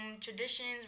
traditions